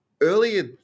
Earlier